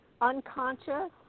unconscious